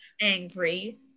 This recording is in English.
angry